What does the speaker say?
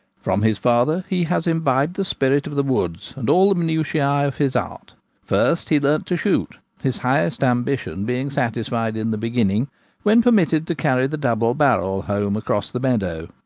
from his father he has imbibed the spirit of the woods and all the minutiae of his art first he learned to shoot his highest ambition being satisfied in the beginning when permitted to carry the double-barrel home across the meadow.